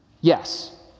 Yes